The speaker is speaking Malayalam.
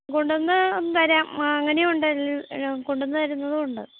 കൊണ്ടുവന്ന് തരാം അങ്ങനെയുമുണ്ട് കൊണ്ടുവന്ന് തരുന്നതുമുണ്ട്